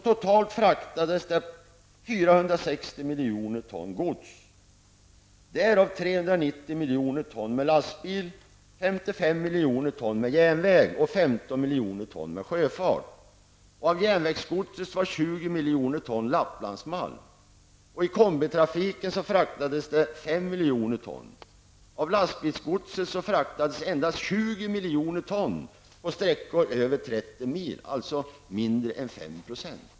Totalt fraktades 460 miljoner ton gods varav 390 milj. ton med lastbil, 55 miljoner ton med järnväg och 15 kombitrafiken fraktades 5 miljoner ton. Av lastbilsgodset fraktades endast 20 miljoner ton på sträckor över 30 mil, dvs. mindre än 5 %.